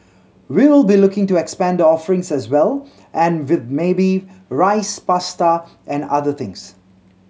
we will be looking to expand the offerings as well and with maybe rice pasta and other things